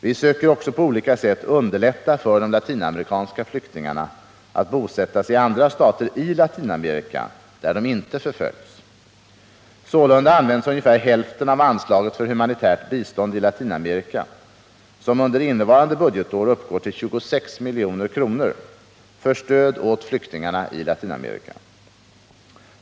Vi söker också på olika sätt underlätta för de latinamerikanska flyktingarna att bosätta sig i andra stater i Latinamerika där de inte förföljs. Sålunda används ungefär hälften av anslaget för humanitärt bistånd i Latinamerika, som under innevarande budgetår uppgår till 26 milj.kr., för stöd åt flyktingarna i Latinamerika.